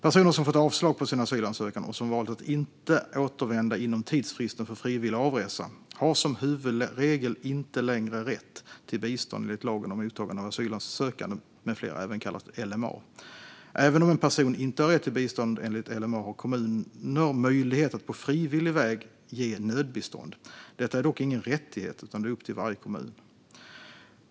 Personer som fått avslag på sin asylansökan, och som valt att inte återvända inom tidsfristen för frivillig avresa, har som huvudregel inte längre rätt till bistånd enligt lagen om mottagande av asylsökande med flera, även kallad LMA. Även om en person inte har rätt till bistånd enligt LMA har kommuner möjlighet att på frivillig väg ge nödbistånd. Detta är dock ingen rättighet, utan det är upp till varje kommun.